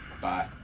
Bye